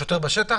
השוטר בשטח?